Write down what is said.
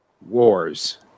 Wars